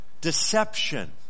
deception